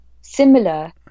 similar